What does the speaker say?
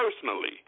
personally